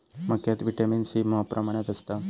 मक्यात vitamin C मॉप प्रमाणात असता